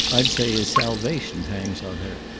i'd say his salvation hangs on her.